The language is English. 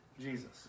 Jesus